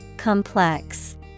Complex